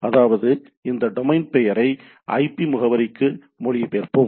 அதாவது இந்த டொமைன் பெயரை ஐபி முகவரிகளுக்கு மொழிபெயர்ப்போம்